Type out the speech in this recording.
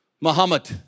Muhammad